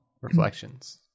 Reflections